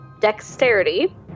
dexterity